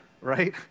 right